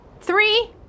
Three